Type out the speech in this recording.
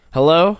Hello